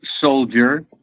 soldier